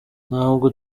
ntabwo